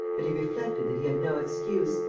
but he reflected that he had no excuse,